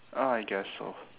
ah I guess so